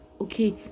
okay